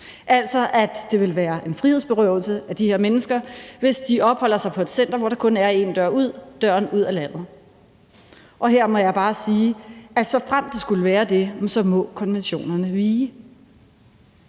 altså at det ville være en frihedsberøvelse af de her mennesker, hvis de opholder sig på et center, hvor der kun er én dør ud: døren ud af landet. Her må jeg bare sige, at såfremt det skulle være det, ja, så må konventionerne vige.